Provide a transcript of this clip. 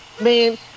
Man